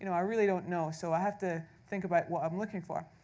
you know i really don't know, so i have to think about what i'm looking for.